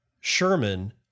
Sherman